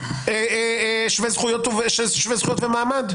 שווה זכויות ומעמד.